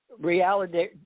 reality